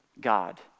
God